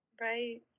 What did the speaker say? Right